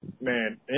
man